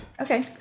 Okay